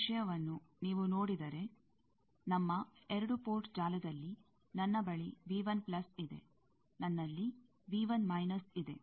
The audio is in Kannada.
ಈ ವಿಷಯವನ್ನು ನೀವು ನೋಡಿದರೆ ನಮ್ಮ 2 ಪೋರ್ಟ್ ಜಾಲದಲ್ಲಿ ನನ್ನ ಬಳಿ ಇದೆ ನನ್ನಲ್ಲಿ ಇದೆ